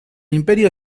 imperio